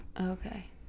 Okay